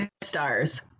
stars